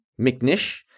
McNish